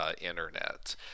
internet